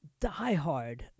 diehard